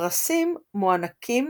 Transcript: הפרסים מוענקים